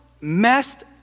messed